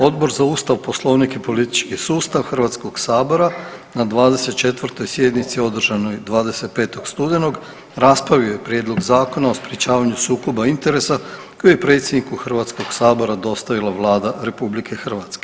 Odbor za Ustav, Poslovnik i politički sustav HS-a na 24. sjednici održanoj 25. studenog raspravio je Prijedlog zakona o sprečavanju sukoba interesa koji je predsjedniku HS-a dostavila Vlada RH.